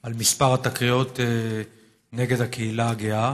על מספר התקריות נגד הקהילה הגאה.